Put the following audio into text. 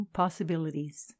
possibilities